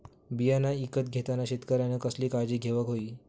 बियाणा ईकत घेताना शेतकऱ्यानं कसली काळजी घेऊक होई?